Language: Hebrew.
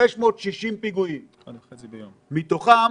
מתוכם